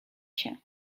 się